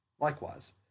Likewise